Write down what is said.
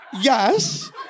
Yes